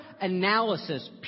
analysis